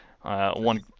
one –